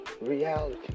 reality